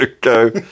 go